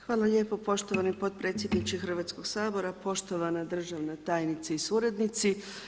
Hvala lijepo poštovani potpredsjedniče Hrvatskog sabora, poštovana državna tajnice i suradnici.